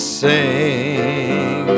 sing